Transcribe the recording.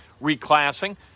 reclassing